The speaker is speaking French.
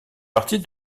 partie